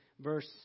verse